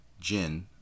Jin